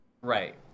Right